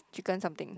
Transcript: chicken something